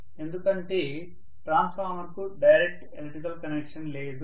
ఎందుకంటే ట్రాన్స్ఫార్మర్ కు direct electrical connection లేదు